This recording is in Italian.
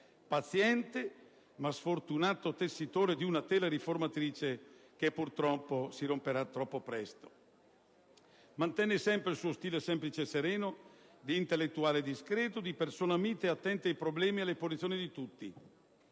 paziente ma sfortunato tessitore di una tela riformatrice che purtroppo si romperà troppo presto. Mantenne sempre il suo stile semplice e sereno, di intellettuale discreto, di persona mite e attenta ai problemi e alle posizioni di tutti.